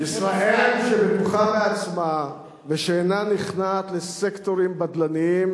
ישראל שבטוחה בעצמה ושאינה נכנעת לסקטורים בדלניים